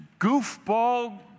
goofball